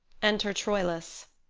enter troilus